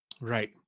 Right